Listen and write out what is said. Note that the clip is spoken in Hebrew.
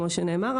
כמו שנאמר,